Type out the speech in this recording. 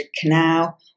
canal